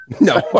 no